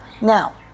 Now